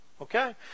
Okay